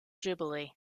jubilee